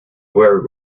were